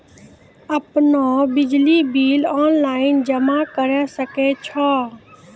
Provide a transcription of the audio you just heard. आपनौ बिजली bill online जमा करै सकै छौ?